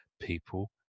people